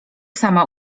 sama